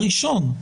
הראשון,